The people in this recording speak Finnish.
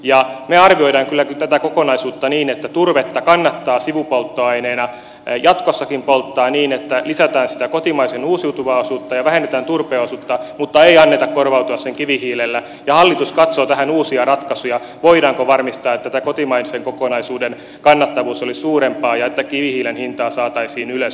me arvioimme kyllä tätä kokonaisuutta niin että turvetta kannattaa sivupolttoaineena jatkossakin polttaa niin että lisätään sitä kotimaisen uusiutuvan osuutta ja vähennetään turpeen osuutta mutta ei anneta korvautua sen kivihiilellä ja hallitus katsoo tähän uusia ratkaisuja voidaanko varmistaa että tämä kotimaisen kokonaisuuden kannattavuus olisi suurempaa ja että kivihiilen hintaa saataisiin ylös